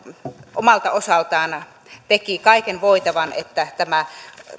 omalta osaltaan teki kaiken voitavan että tämä